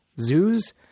zoos